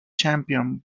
champion